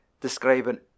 describing